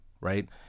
right